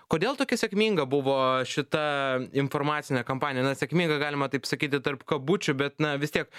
kodėl tokia sėkminga buvo šita informacinė kampanija na sėkminga galima taip sakyti tarp kabučių bet na vis tiek